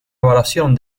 evaluación